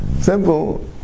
simple